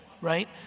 right